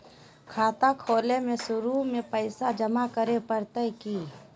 खाता खोले में शुरू में पैसो जमा करे पड़तई की?